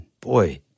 boy